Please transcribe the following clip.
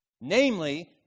Namely